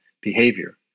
behavior